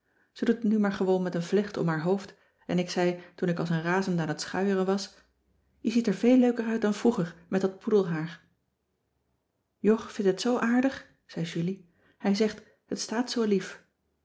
ze doet het nu maar gewoon met een vlecht om haar hoofd en ik zei toen ik als een razende aan t schuieren was je ziet er veel leuker uit dan vroeger met dat poedelhaar jog vindt het zoo aardig zei julie hij zegt het staat zoo lief